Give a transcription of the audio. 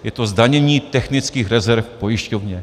Je to zdanění technických rezerv pojišťovně.